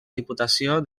diputació